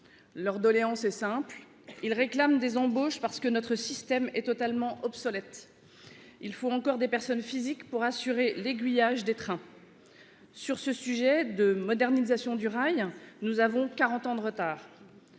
Leur doléance est simple : ils réclament des embauches parce que notre système est totalement obsolète. Il faut encore des personnes physiques pour assurer l'aiguillage des trains. Sur ce sujet de modernisation du rail, nous avons quarante ans de retard.